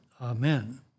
Amen